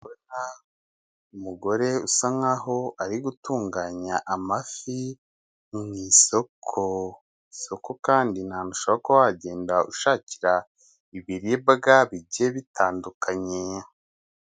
Umugore usa nkaho ari gutunganya amafi mu isoko. Isoko kandi ni ahantu ushobora kuba wagenda ushakira ibiribwa bigiye bitandukanye.